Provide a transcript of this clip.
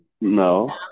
No